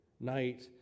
night